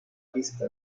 pista